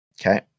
okay